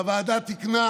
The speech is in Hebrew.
שהוועדה תיקנה